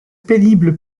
pénible